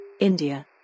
India